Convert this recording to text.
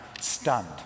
stunned